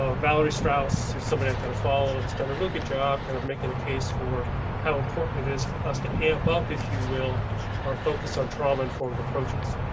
ah valerie strauss is somebody i kind of follow has done really good job. kind of making a case for how important it is for us to amp up. if you will our focus on trauma informed approaches.